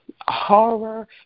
horror